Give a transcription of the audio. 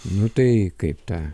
nu tai kaip tą